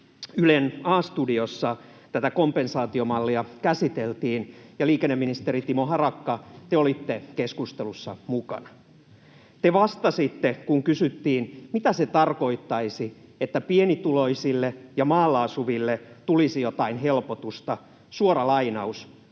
Ylen A-studiossa tätä kompensaatiomallia käsiteltiin, ja liikenneministeri Timo Harakka, te olitte keskustelussa mukana. Te vastasitte, kun kysyttiin, mitä se tarkoittaisi, että pienituloisille ja maalla asuville tulisi jotain helpotusta, suora lainaus: